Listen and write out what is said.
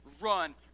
run